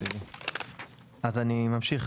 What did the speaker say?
אז אני ממשיך.